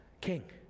king